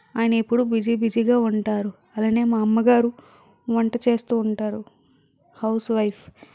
ఆయన ఎప్పుడు busy busy గా ఉంటారు అలాగే మా అమ్మగారు వంట చేస్తూ ఉంటారు హౌస్ వైఫ్